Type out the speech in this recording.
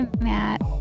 Matt